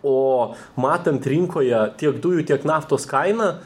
o matant rinkoje tiek dujų tiek naftos kainą